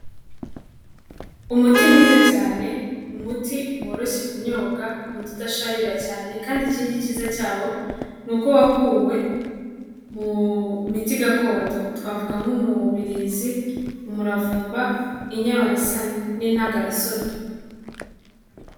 Umuti mwiza cyane; umuti woroshye kunyobwa, umuti udasharira cyane, kandi ikindi cyiza cyawo ni uko wakuwe mu miti gakondo, twavuga nk'umubirizi, umuravumba, inyabarasanya n'intagarasoryo.